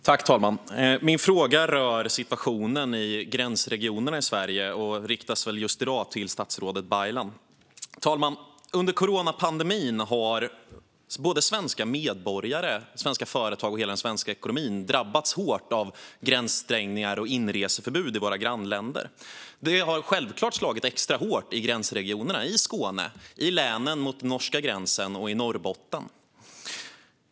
Fru talman! Min fråga rör situationen i gränsregionerna i Sverige och riktas väl just i dag till statsrådet Baylan. Fru talman! Under coronapandemin har svenska medborgare, svenska företag och hela den svenska ekonomin drabbats hårt av gränsstängningar och inreseförbud i våra grannländer. Det har självklart slagit extra hårt i gränsregionerna i Skåne, i länen längs den norska gränsen och i Norrbotten.